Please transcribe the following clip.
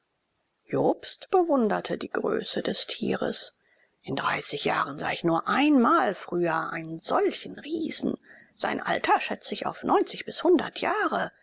jobst bewunderte die größe des tieres in dreißig jahren sah ich nur einmal früher einen solchen riesen sein alter schätze ich auf neunzig bis hundert jahre